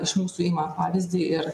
iš mūsų ima pavyzdį ir